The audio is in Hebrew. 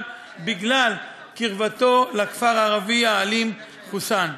בגלל קרבתו לכפר הערבי האלים חוסאן.